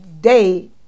day